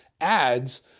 ads